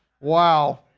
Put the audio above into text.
Wow